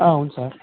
అవును సార్